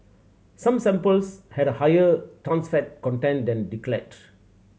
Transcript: some samples had a higher trans fat content than declared